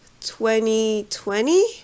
2020